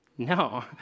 No